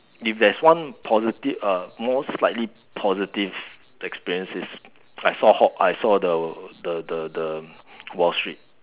if there's one positive uh more slightly positive experience is I saw I saw the the the the wall street